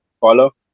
Follow